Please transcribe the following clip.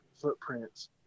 footprints